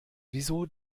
wieso